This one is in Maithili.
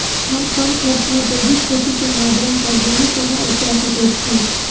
हम कम खर्च में जैविक खेती के माध्यम से गेहूं केना उपजा सकेत छी?